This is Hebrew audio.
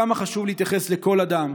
כמה חשוב להתייחס לכל אדם,